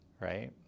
right